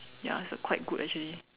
ya it's quite good actually